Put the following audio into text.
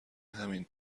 همین